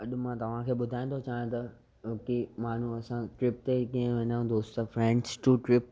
अॼु मां तव्हांखे ॿुधाइण थो चाहियां त की माण्हू असां ट्रिप ते कीअं वञूं दोस्त फ्रैंड्स टू ट्रिप